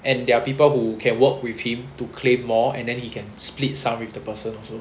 and there are people who can work with him to claim more and then he can split some with the person also